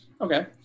Okay